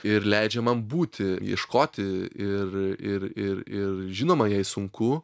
ir leidžia man būti ieškoti ir ir ir ir žinoma jai sunku